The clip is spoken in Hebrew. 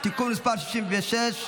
(תיקון מס' 66,